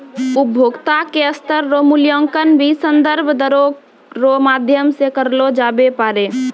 उपभोक्ता के स्तर रो मूल्यांकन भी संदर्भ दरो रो माध्यम से करलो जाबै पारै